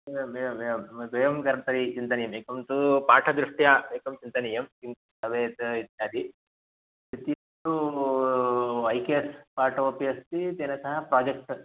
एवमेवम् एवं द्वयं कर्तरि चिन्तनीयम् एकं तु पाठदृष्ट्या एकं चिन्तनीयं भवेत् इत्यादि द्वितीये तु ऐ के एस् पाठमपि अस्ति तेन सह प्राजेक्ट्